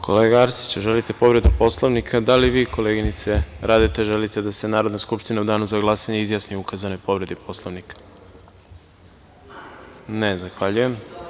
Kolega Arsiću, želite povredu Poslovnika? (Da) Da li vi, koleginice Radeta, želite da se Narodna skupština u danu za glasanje izjasni o ukazanoj povredi Poslovnika? (Ne) Zahvaljujem.